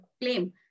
claim